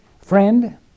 Friend